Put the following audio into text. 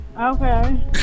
okay